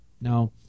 Now